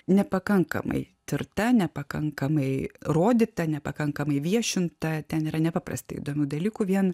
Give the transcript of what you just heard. nepakankamai tirta nepakankamai rodyta nepakankamai viešinta ten yra nepaprastai įdomių dalykų vien